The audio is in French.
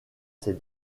ses